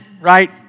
right